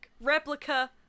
replica